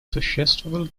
существовал